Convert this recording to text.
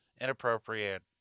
inappropriate